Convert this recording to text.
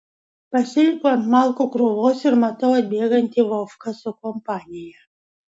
pasilipu ant malkų krūvos ir matau atbėgantį vovką su kompanija